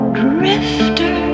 drifter